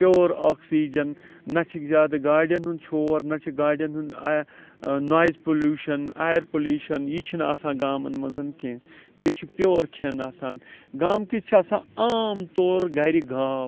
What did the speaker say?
پیٚور oxygen نہ چھ زیادٕ گاڑٮ۪ن ہُنٛد شور نہ چھ گاڑٮ۪ن ہُنٛد نوٚیز پوٚلیٚوشَن اَیَر پوٚلیٚوشَن یہِ چھُ نہٕ آسان گامَن مَنٛز کینٛہہ بیٚیہِ چھُ پیٚور کھیٚن آسان گامکِس چھ آسان عام طور گَرِ گاو